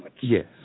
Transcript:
Yes